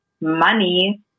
money